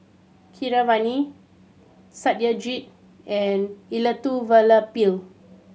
Keeravani Satyajit and Elattuvalapil